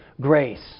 grace